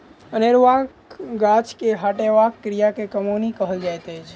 अनेरुआ गाछ के हटयबाक क्रिया के कमौनी कहल जाइत अछि